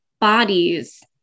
bodies